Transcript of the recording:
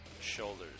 shoulders